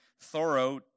thorough